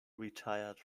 retired